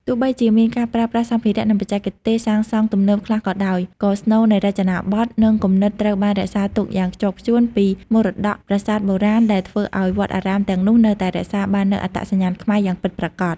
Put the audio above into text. ទោះបីជាមានការប្រើប្រាស់សម្ភារៈ និងបច្ចេកទេសសាងសង់ទំនើបខ្លះក៏ដោយ ក៏ស្នូលនៃរចនាប័ទ្ម និងគំនិតត្រូវបានរក្សាទុកយ៉ាងខ្ជាប់ខ្ជួនពីមរតកប្រាសាទបុរាណ ដែលធ្វើឲ្យវត្តអារាមទាំងនោះនៅតែរក្សាបាននូវអត្តសញ្ញាណខ្មែរយ៉ាងពិតប្រាកដ។